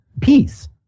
peace